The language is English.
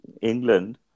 England